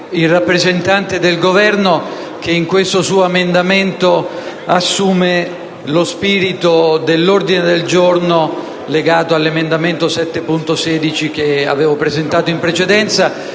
il rappresentante del Governo perche´ questo suo emendamento assume lo spirito dell’ordine del giorno legato all’emendamento 7.16, che avevo presentato in precedenza,